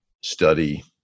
study